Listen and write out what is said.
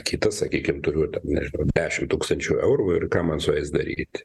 kitas sakykim turiu nežinau dešimt tūkstančių eurų ir ką man su jais daryti